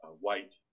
white